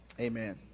amen